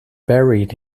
buried